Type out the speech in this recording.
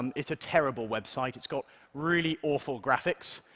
um it's a terrible website. it's got really awful graphics.